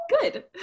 good